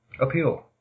appeal